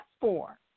four